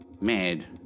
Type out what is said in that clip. mad